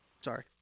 Sorry